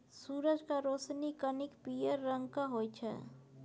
सुरजक रोशनी कनिक पीयर रंगक होइ छै